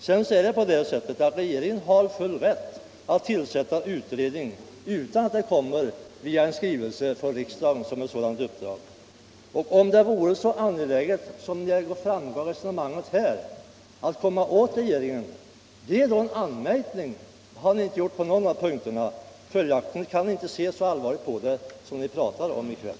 Vidare är det på det sättet att regeringen har full rätt att tillsätta en utredning utan att det kommit en skrivelse från riksdagen med ett sådant uppdrag. Om det vore så angeläget som det verkar av resonemanget här att komma åt regeringen, framför då en anmärkning! Det har ni inte gjort på någon av punkterna. Följaktligen kan ni inte se så allvarligt på dessa frågor som ni säger nu i kväll.